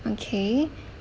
okay